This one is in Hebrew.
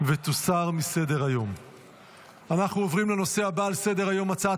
לאיזו קטסטרופה אנחנו הולכים מבחינה